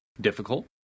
difficult